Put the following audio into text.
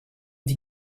die